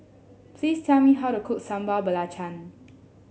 please tell me how to cook Sambal Belacan